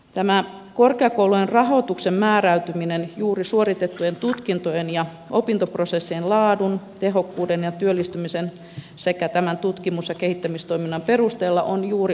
tämä korkeakoulujen rahoituksen määräytyminen juuri suoritettujen tutkintojen ja opintoprosessien laadun tehokkuuden ja työllistymisen sekä tutkimus ja kehittämistoiminnan perusteella on juuri oikea valinta